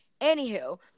Anywho